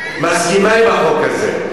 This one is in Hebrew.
מסכימה עם החוק הזה.